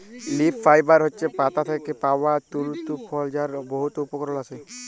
leaf fibre হছে পাতা থ্যাকে পাউয়া তলতু ফল যার বহুত উপকরল আসে